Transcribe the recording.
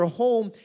home